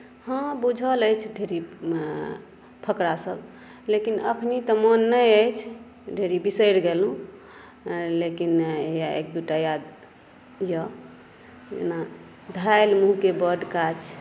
हँ बुझल अछि ढ़ेरी फकरा सभ लेकिन अखन तऽ मन नहि अछि ढ़ेरी बिसरि गेलहुँ लेकिन है या एक दुटा याद यऽ जेना धैल मुहँकेँ बड गाछ